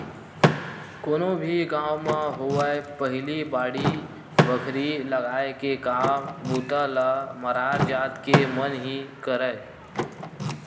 कोनो भी गाँव म होवय पहिली बाड़ी बखरी लगाय के काम बूता ल मरार जात के मन ही करय